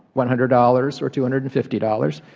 one hundred dollars or two hundred and fifty dollars.